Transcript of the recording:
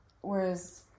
whereas